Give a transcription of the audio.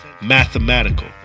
mathematical